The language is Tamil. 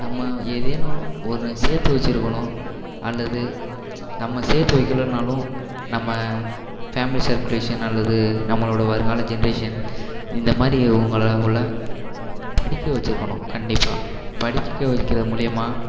நம்ம ஏதேனும் ஒரு சேர்த்து வச்சுருக்கணும் அல்லது நம்ம சேர்த்து வைக்கலைனாலும் நம்ம ஃபேமிலி சர்க்குலேஷன் அல்லது நம்மளோட வருங்கால ஜென்ரேஷன் இந்தமாதிரி உங்கள போல் படிக்க வச்சுருக்கணும் கண்டிப்பாக படிக்க வைக்கிற மூலிமா